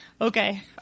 okay